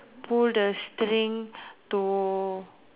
pull the string to